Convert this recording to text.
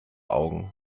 augen